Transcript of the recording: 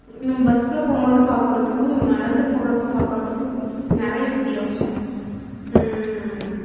நம்ம பஸ்சில் போகும்போது பார்க்குறத்துக்கும் நடந்து போகிறப்ப பார்க்கறத்துக்கும் நிறைய வித்தியாசம்